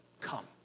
come